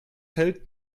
hält